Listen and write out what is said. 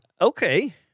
okay